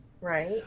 Right